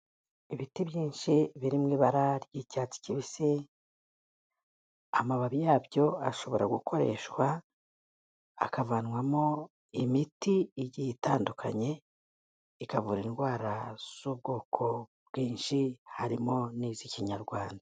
Ibiti byinshi biri mu ibara ry'icyatsi kibisi, amababi yabyo ashobora gukoreshwa akavanwamo imiti igiye itandukanye ikavura indwara z'ubwoko bwinshi harimo n'iz'Ikinyarwanda.